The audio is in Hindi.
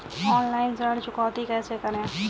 ऑनलाइन ऋण चुकौती कैसे करें?